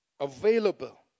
Available